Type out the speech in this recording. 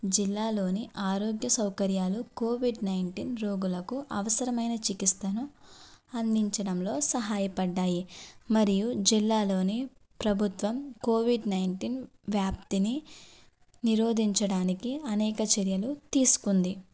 జిల్లాలోని ఆరోగ్య సౌకర్యాలు కోవిడ్ నైన్టీన్ రోగులకు అవసరమైన చికిత్సను అందించడంలో సహాయపడ్డాయి మరియు జిల్లాలోని ప్రభుత్వం కోవిడ్ నైన్టీన్ వ్యాప్తిని నిరోధించడానికి అనేక చర్యలు తీసుకుంది